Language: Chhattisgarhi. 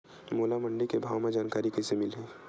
मोला मंडी के भाव के जानकारी कइसे मिलही?